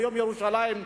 ביום ירושלים,